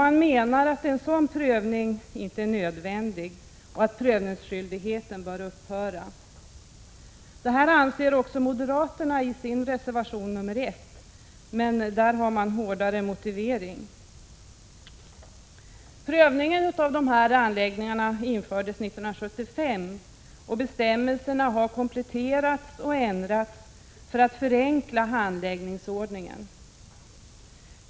Man menar att en sådan prövning inte är nödvändig och att prövningsskyldigheten bör upphöra. Så anser också moderaterna i sin reservation 1, men de har hårdare motivering. Bestämmelsen om prövningen av dessa anläggningar infördes 1975. Bestämmelserna har sedan kompletterats och ändrats i syfte att förenkla handläggningsordningen.